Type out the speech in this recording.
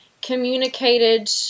communicated